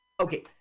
Okay